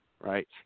right